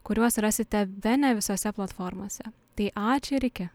kuriuos rasite bene visose platformose tai ačiū ir iki